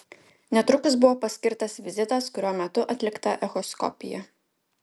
netrukus buvo paskirtas vizitas kurio metu atlikta echoskopija